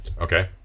Okay